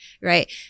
right